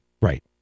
Right